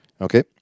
Okay